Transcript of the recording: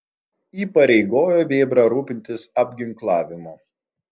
įpareigojo vėbrą rūpintis apginklavimu